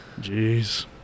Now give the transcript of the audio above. Jeez